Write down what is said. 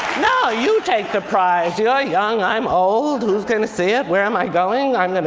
no, you take the prize. you're young. i'm old. who's going to see it? where am i going? i'm going to